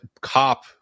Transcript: cop